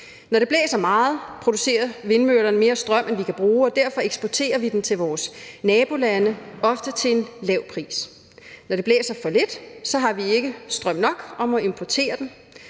Når det blæser meget, producerer vindmøllerne mere strøm, end vi kan bruge, og derfor eksporterer vi den til vores nabolande, ofte til en lav pris. Når det blæser for lidt, har vi ikke strøm nok og må importere den.